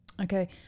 okay